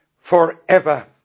forever